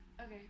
Okay